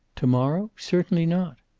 to-morrow? certainly not.